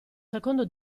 secondo